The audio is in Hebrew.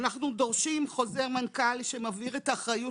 אנחנו דורשים חוזר מנכ"ל שמבהיר את האחריות